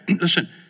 listen